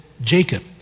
Jacob